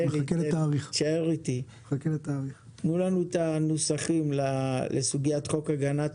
תנו לנו את הנוסח לסוגיית חוק הגנת